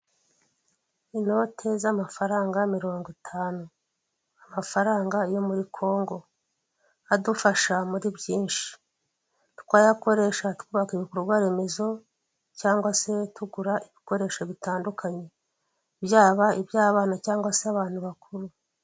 inote z'amafaranga mirongo itanu amafaranga yo muri congo adufasha muri byinshi twayakoresha twubaka ibikorwa remezo cyangwa se tugura ibikoresho bitandukanye byaba ibyabana cyangwa se abantu bakuru.